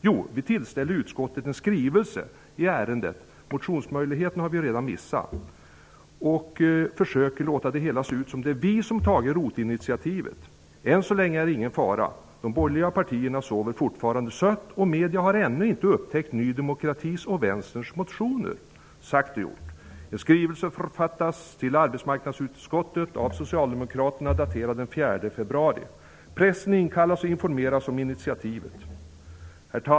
Jo, de tillställde utskottet en skrivelse i ärendet -- motionsmöjligheten hade de redan missat -- och försökte att få det hela att se ut som om det var de som tagit ROT-initiativet. Än så länge är det ingen fara. De borgerliga partierna sover fortfarande sött, och medierna har ännu inte upptäckt Ny demokratis och Sagt och gjort. En skrivelse till arbetsmarknadsutskottet daterad den 4 februari författas av Socialdemokraterna. Pressen inkallas och informeras om initiativet.